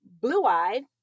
Blue-eyed